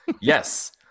Yes